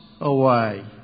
away